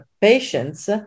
patients